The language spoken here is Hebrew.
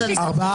מי נגד?